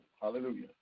hallelujah